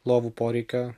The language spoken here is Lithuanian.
lovų poreikio